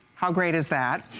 how great is that?